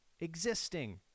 existing